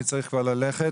אני צריך כבר ללכת,